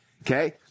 Okay